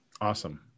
Awesome